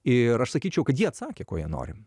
ir aš sakyčiau kad jie atsakė ko jie nori